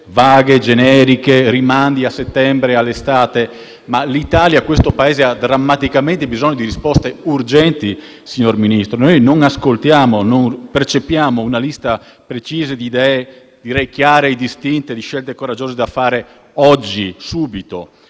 vaghe e generiche, rimandi a settembre e all'estate, ma l'Italia, il nostro Paese ha drammaticamente bisogno di risposte urgenti, signor Ministro. Noi non ascoltiamo, non percepiamo una lista precisa di idee chiare e distinte, di scelte coraggiose da fare oggi, subito,